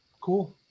Cool